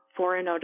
foreign